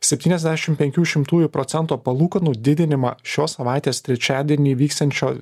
septyniasdešim penkių šimtųjų procento palūkanų didinimą šios savaitės trečiadienį vyksiančioj